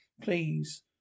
Please